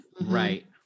Right